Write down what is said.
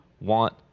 want